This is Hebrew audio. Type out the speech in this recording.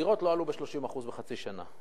מחירי הדירות לא עלו ב-30% בחצי שנה.